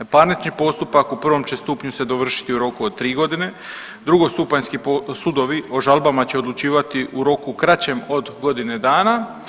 Parnični postupak u prvom će stupnju se dovršiti u roku od 3.g., drugostupanjski sudovi o žalbama će odlučivati u roku kraćem od godinu dana.